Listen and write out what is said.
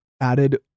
Added